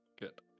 Good